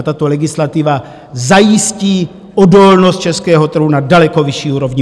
Tato legislativa zajistí odolnost českého trhu na daleko vyšší úrovni.